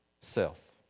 self